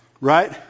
right